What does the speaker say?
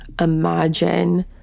imagine